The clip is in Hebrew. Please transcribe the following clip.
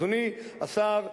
אדוני השר,